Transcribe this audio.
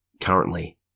currently